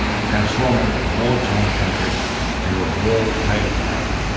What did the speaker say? transforming a war torn country into a world trading power.